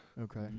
Okay